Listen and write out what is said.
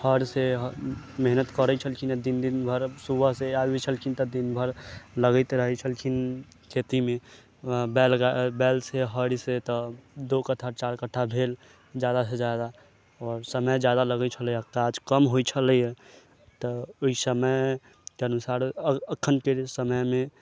हरसँ मेहनत करै छलखिन दिन दिन भरि सुबहसँ आबै छलखिन तऽ दिनभरि लगैत रहै छलखिन खेतीमे बैल बैलसँ हरसँ तऽ दो कट्ठा चारि कट्ठा भेल जादासँ जादा आओर समय जादा लगै छलैए काज कम होइ छलैए तऽ ओइ समयके अनुसार एखनके जे समयमे